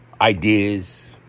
Ideas